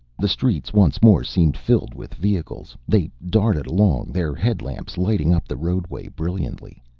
the streets once more seemed filled with vehicles. they darted along, their headlamps lighting up the roadway brilliantly.